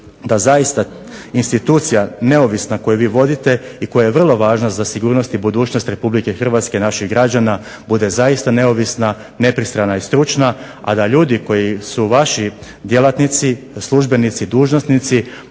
da zaista institucija neovisna koju vi vodite i koja je vrlo važna za sigurnost i budućnost Republike Hrvatske, naših građana bude zaista neovisna, nepristrana i stručna, a da ljudi koji su vaši djelatnici, službenici, dužnosnici